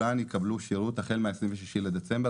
כולן יקבלו שירות החל מ-26 דצמבר,